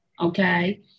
okay